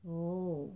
oh